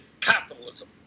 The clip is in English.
capitalism